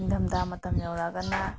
ꯅꯤꯡꯊꯝ ꯊꯥ ꯃꯇꯝ ꯌꯧꯔꯛꯑꯒꯅ